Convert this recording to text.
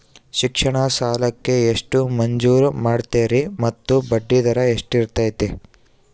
ಶಿಕ್ಷಣ ಸಾಲಕ್ಕೆ ಎಷ್ಟು ಮಂಜೂರು ಮಾಡ್ತೇರಿ ಮತ್ತು ಬಡ್ಡಿದರ ಎಷ್ಟಿರ್ತೈತೆ?